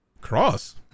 Cross